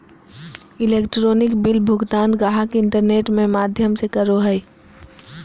electronic bill भुगतान गाहक internet में माध्यम से करो हइ